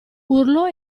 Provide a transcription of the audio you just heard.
urlò